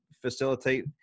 facilitate